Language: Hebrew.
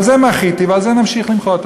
על זה מחיתי ועל זה נמשיך למחות.